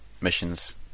missions